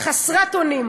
חסרת אונים.